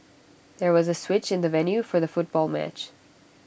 there was A switch in the venue for the football match